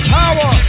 power